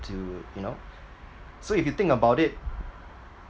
to you know so if you think about it